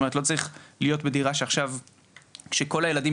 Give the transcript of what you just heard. זאת אומרת לא צריך לגור בדירה כשכל הילדים